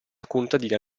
contadina